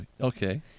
Okay